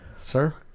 sir